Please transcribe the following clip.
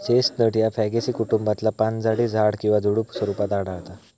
chestnut ह्या Fagaceae कुटुंबातला पानझडी झाड किंवा झुडुप स्वरूपात आढळता